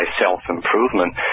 self-improvement